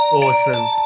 awesome